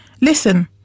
Listen